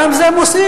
גם זה מוסיף,